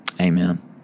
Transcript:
Amen